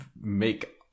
make